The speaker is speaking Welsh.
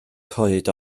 coed